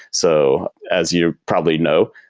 so as you probably know,